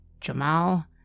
Jamal